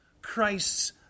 Christ's